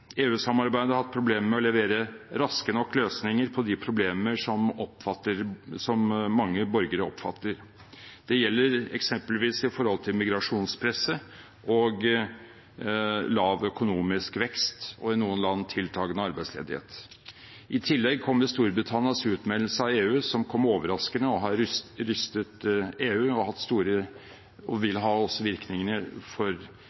har hatt problemer med å levere raske nok løsninger på de problemene som mange borgere oppfatter. Det gjelder eksempelvis migrasjonspresset, lav økonomisk vekst og i noen land tiltagende arbeidsledighet. I tillegg kommer Storbritannias utmeldelse av EU, som kom overraskende, som har rystet EU, og som har hatt – og også vil ha – store virkninger for